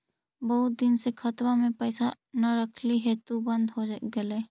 बहुत दिन से खतबा में पैसा न रखली हेतू बन्द हो गेलैय?